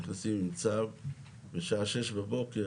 אנחנו נכנסים עם צו בשעה 06:00 בבוקר,